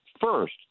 First